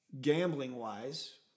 gambling-wise